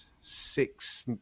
six